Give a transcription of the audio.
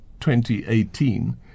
2018